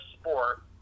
sport